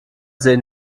sehen